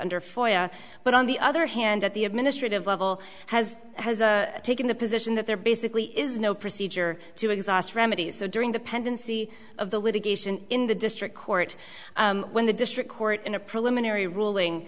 under fire but on the other hand at the administrative level has taken the position that there basically is no procedure to exhaust remedies so during the pendency of the litigation in the district court when the district court in a preliminary ruling